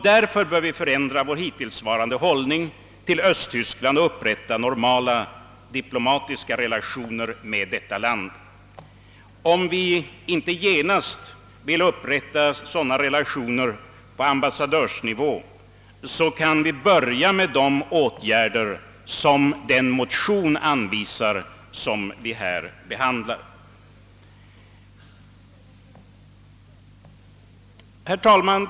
Därför bör vi ändra vår hittillsvarande hållning gentemot Östtyskland och upprätta normala diplomatiska relationer med detta land. Om vi inte genast vill upprätta sådana relationer på ambassadörsnivå, kan vi börja med de åtgärder som anvisas i den motion vi nu behandlar. Herr talman!